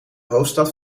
hoofdstad